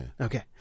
Okay